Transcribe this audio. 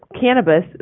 cannabis